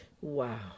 Wow